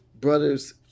brother's